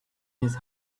his